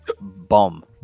bomb